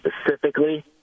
specifically